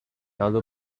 other